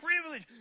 privilege